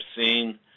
seen